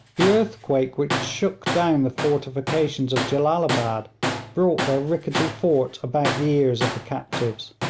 the earthquake which shook down the fortifications of jellalabad brought their rickety fort about the ears of the captives.